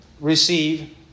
receive